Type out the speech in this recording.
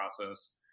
process